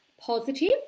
positive